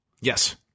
Yes